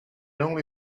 only